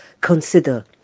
consider